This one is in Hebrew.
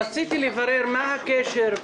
אני כבר חוזר.